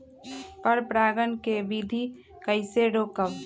पर परागण केबिधी कईसे रोकब?